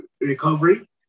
Recovery